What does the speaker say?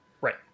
Right